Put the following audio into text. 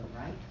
right